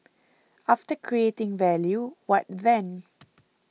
after creating value what then